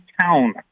town